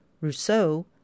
Rousseau